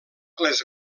les